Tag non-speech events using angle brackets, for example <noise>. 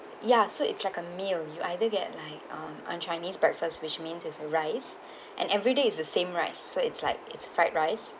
ya so it's like a meal you either get like um a chinese breakfast which means is a rice <breath> and everyday is the same right so it's like it's fried rice